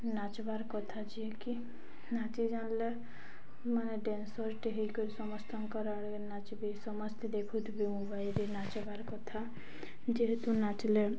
ନାଚ୍ବାର୍ କଥା ଯିଏକି ନାଚି ଜାନ୍ଲେ ମାନେ ଡେନ୍ସର୍ଟେ ହେଇକରି ସମସ୍ତଙ୍କର୍ ଆଗ୍ଆଡ଼େ ନାଚ୍ବେ ସମସ୍ତେ ଦେଖୁଥିବେ ମୋବାଇଲ୍ରେ ନାଚ୍ବାର୍ କଥା ଯେହେତୁ ନାଚ୍ଲେ